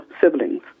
siblings